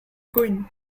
queen